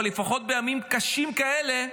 אבל לפחות בימים קשים כאלה,